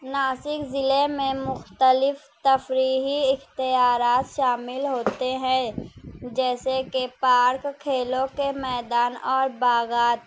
ناسک ضلعے میں مختلف تفریحی اختیارات شامل ہوتے ہے جیسے کہ پارک کھیلوں کے میدان اور باغات